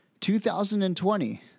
2020